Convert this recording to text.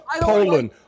Poland